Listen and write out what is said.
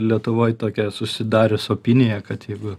lietuvoj tokia susidarius opinija kad jeigu